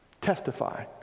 testify